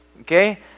okay